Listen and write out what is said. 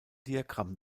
diagramm